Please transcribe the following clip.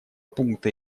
пункта